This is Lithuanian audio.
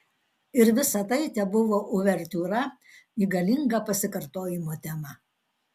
ir visa tai tebuvo uvertiūra į galingą pasikartojimo temą